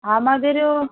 আমাদেরও